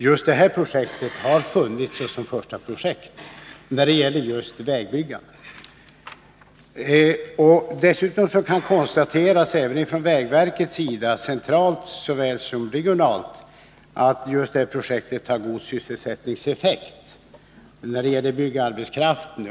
Just detta projekt har funnits med som första projekt när det gäller vägbyggande. Dessutom konstateras även från vägverkets sida, centralt såväl som regionalt, att just detta projekt har god sysselsättningseffekt när det gäller byggarbetskraften.